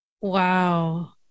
Wow